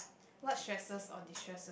what stresses or destresses